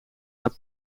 naar